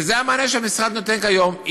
וזה המענה שהמשרד נותן כיום.